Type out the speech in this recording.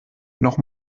noch